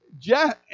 Jeff